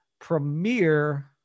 premiere